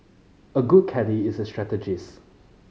a good caddie is a strategist